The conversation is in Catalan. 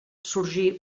sorgí